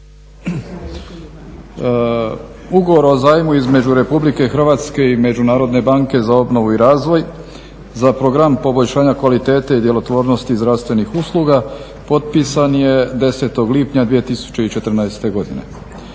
Ugovora o zajmu Republike Hrvatske i Međunarodne banke za obnovu i razvoj za Program poboljšanja kvalitete i djelotvornosti pružanja zdravstvenih usluga, s konačnim prijedlogom zakona.